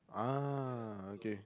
ah okay